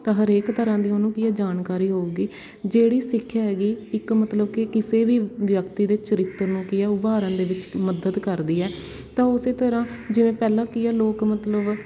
ਤਾਂ ਹਰੇਕ ਤਰ੍ਹਾਂ ਦੀ ਉਹਨੂੰ ਕੀ ਹੈ ਜਾਣਕਾਰੀ ਹੋਵੇਗੀ ਜਿਹੜੀ ਸਿੱਖਿਆ ਹੈਗੀ ਇੱਕ ਮਤਲਬ ਕਿ ਕਿਸੇ ਵੀ ਵਿਅਕਤੀ ਦੇ ਚਰਿੱਤਰ ਨੂੰ ਕੀ ਹੈ ਉਭਾਰਨ ਦੇ ਵਿੱਚ ਮਦਦ ਕਰਦੀ ਹੈ ਤਾਂ ਉਸੇ ਤਰ੍ਹਾਂ ਜਿਵੇਂ ਪਹਿਲਾਂ ਕੀ ਹੈ ਲੋਕ ਮਤਲਬ